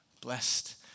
Blessed